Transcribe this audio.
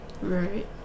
Right